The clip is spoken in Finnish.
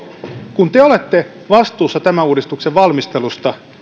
kun te olette vastuussa tämän uudistuksen valmistelusta